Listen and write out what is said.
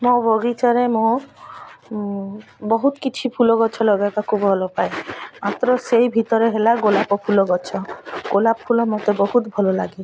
ମୋ ବଗିଚାରେ ମୁଁ ବହୁତ କିଛି ଫୁଲ ଗଛ ଲଗାଇବାକୁ ଭଲ ପାଏ ମାତ୍ର ସେଇ ଭିତରେ ହେଲା ଗୋଲାପ ଫୁଲ ଗଛ ଗୋଲାପ ଫୁଲ ମୋତେ ବହୁତ ଭଲ ଲାଗେ